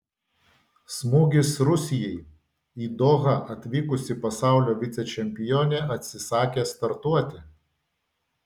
smūgis rusijai į dohą atvykusi pasaulio vicečempionė atsisakė startuoti